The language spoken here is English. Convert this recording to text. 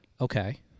Okay